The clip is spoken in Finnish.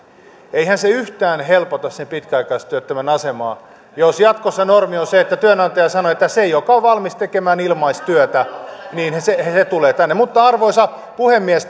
eihän se yhtään helpota sen pitkäaikaistyöttömän asemaa jos jatkossa normi on se että työnantaja sanoo että ne jotka ovat valmiita tekemään ilmaistyötä tulevat tänne arvoisa puhemies